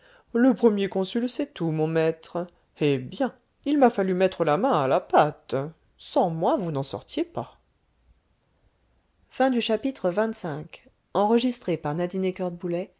le premier consul sait tout mon maître eh bien il m'a fallu mettre la main à la pâte sans moi vous n'en sortiez pas xxvi